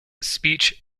speech